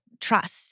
trust